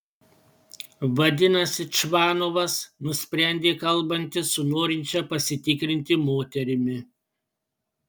vadinasi čvanovas nusprendė kalbantis su norinčia pasitikrinti moterimi